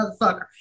motherfucker